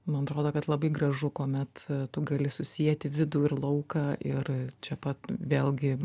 man atrodo kad labai gražu kuomet tu gali susieti vidų ir lauką ir čia pat vėlgi